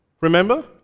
remember